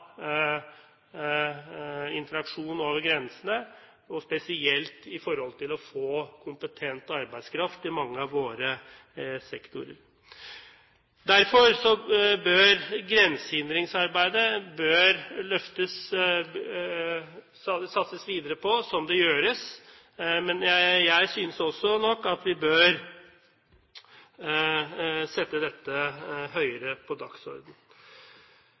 interaksjon over grensene, spesielt med tanke på å få kompetent arbeidskraft i mange av våre sektorer. Derfor bør grensehindringsarbeidet satses videre på – som det gjøres – men jeg synes nok også at vi bør sette dette høyere på